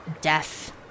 death